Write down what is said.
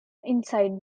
inside